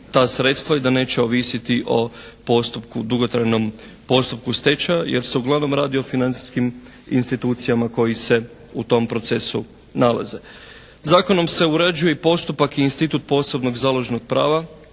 ta sredstva i da neće ovisiti o postupku, dugotrajnom postupku stečaja jer se uglavnom radi o financijskim institucijama koje se u tom procesu nalaze. Zakonom se uređuje i postupak i institut posebnog založnog prava